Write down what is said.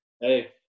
Hey